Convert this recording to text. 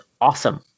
awesome